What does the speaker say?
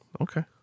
Okay